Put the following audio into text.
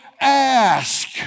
ask